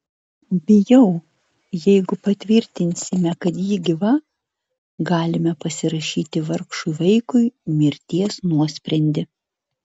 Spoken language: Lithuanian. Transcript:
bijau jeigu patvirtinsime kad ji gyva galime pasirašyti vargšui vaikui mirties nuosprendį